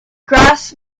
grasp